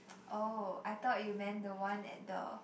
oh I thought you meant the one at the